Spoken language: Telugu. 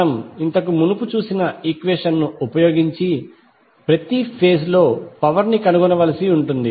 మనం ఇంతకు మునుపు చూసిన ఈక్వెషన్ ను ఉపయోగించి ప్రతి ఫేజ్ లో పవర్ ని కనుగొనవలసి ఉంటుంది